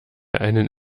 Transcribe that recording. einen